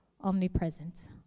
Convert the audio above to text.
omnipresent